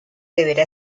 deberá